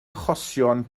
achosion